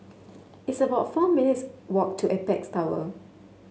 it's about four minutes' walk to Apex Tower